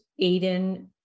Aiden